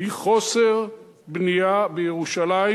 היא חוסר בנייה בירושלים